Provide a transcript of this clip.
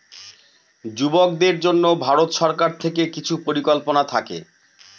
যুবকদের জন্য ভারত সরকার থেকে কিছু পরিকল্পনা থাকে